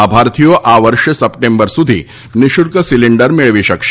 લાભાર્થીઓ આ વર્ષે સપ્ટેમ્બર સુધી નિ શુલ્ક સિલિન્ડર મેળવી શકશે